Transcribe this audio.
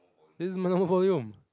this is my normal volume